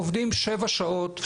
עובדים שבע שעות,